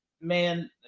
man